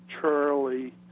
Charlie